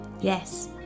Yes